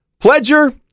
Pledger